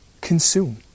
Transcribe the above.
consume